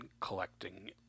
collecting